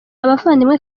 abavandimwe